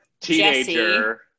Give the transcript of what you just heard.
teenager